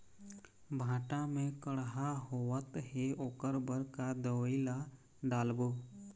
भांटा मे कड़हा होअत हे ओकर बर का दवई ला डालबो?